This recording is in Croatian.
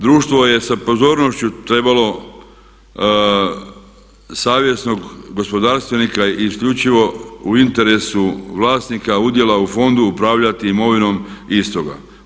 Društvo je sa pozornošću trebalo savjesnog gospodarstvenika i isključivo u interesu vlasnika udjela u fondu upravljati imovinom istoga.